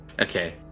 Okay